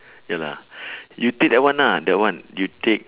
ya lah you take that one ah that one you take